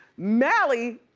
mally,